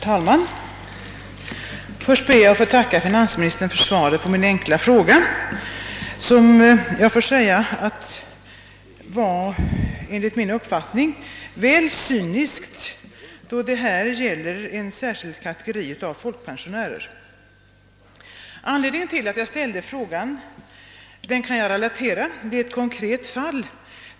Herr talman! Först ber jag att få tacka finansministern för svaret, som enligt min uppfattning var väl cyniskt, då det här gäller en särskild kategori av folkpensionärer. Anledningen till att jag ställde frågan kan jag relatera; den är ett konkret fall.